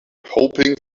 hoping